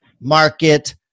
market